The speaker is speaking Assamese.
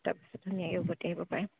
তাৰপিছত ধুনীয়াকৈ উভতি আহিব পাৰিম